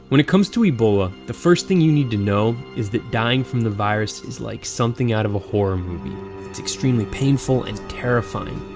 when it comes to ebola, the first thing you need to know is that dying from the virus is like something out of a horror movie extremely painful and terrifying.